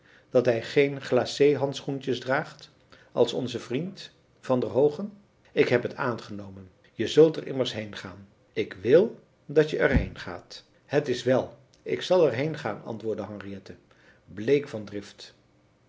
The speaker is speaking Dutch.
dat hij geen glacé handschoentjes draagt als onze vriend van der hoogen ik heb het aangenomen je zult er immers heengaan ik wil dat je er heengaat het is wèl ik zal er heengaan antwoordde henriette bleek van drift